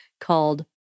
called